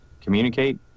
communicate